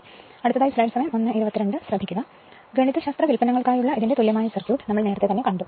അതായത് ഗണിതശാസ്ത്ര വ്യുൽപ്പന്നങ്ങൾക്കായുള്ള ഇതിന്റെ തുല്യമായ സർക്യൂട്ട് നമ്മൾ നേരത്തെ തന്നെ കണ്ടു